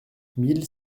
mille